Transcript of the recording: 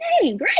great